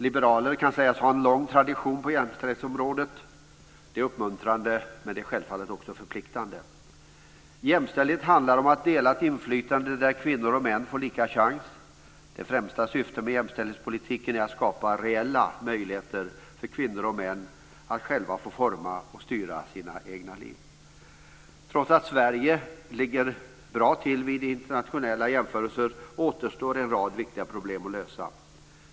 Liberaler kan sägas ha en lång tradition på jämställdhetsområdet. Det är uppmuntrande, men det är självfallet också förpliktande. Jämställdhet handlar om ett delat inflytande där kvinnor och män får lika chans. Det främsta syftet med jämställdhetspolitiken är att skapa reella möjligheter för kvinnor och män att själva få forma och styra sina egna liv. Trots att Sverige ligger bra till vid internationella jämförelser återstår en rad viktiga problem att lösa.